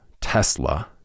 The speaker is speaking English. Tesla